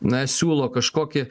na siūlo kažkokį